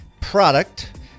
product